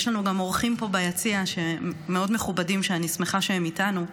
יש לנו גם אורחים מאוד מכובדים פה ביציע ואני שמחה שהם איתנו.